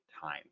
time